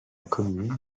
commune